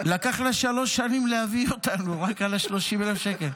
לקח לה שלוש שנים להביא אותנו רק על ה-30,000 שקל,